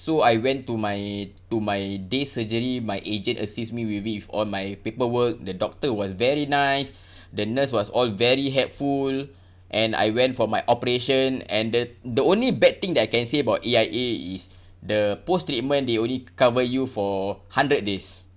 so I went to my to my day surgery my agent assist me with it with all my paperwork the doctor was very nice the nurse was all very helpful and I went for my operation ended the only bad thing that I can say about A_I_A is the post treatment they only cover you for hundred days